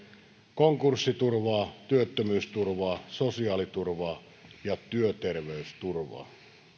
konkurssiturvaa työttömyysturvaa sosiaaliturvaa ja työterveysturvaa